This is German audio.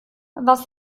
was